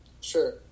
Sure